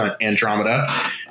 Andromeda